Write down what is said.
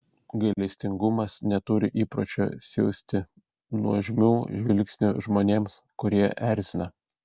gailestingumas neturi įpročio siųsti nuožmių žvilgsnių žmonėms kurie erzina